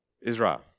Israel